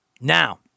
Now